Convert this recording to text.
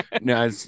No